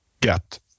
get